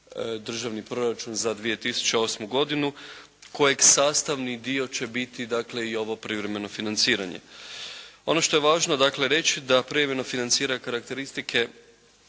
državni proračun za 2008. godinu kojeg sastavni dio će biti dakle i ovo privremeno financiranje. Ono što je važno dakle reći da privremeno financira karakteristike